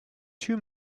two